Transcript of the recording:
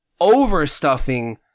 overstuffing